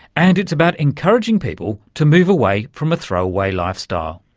and it's about encouraging people to move away from a throw-away lifestyle.